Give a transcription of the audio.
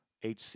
HC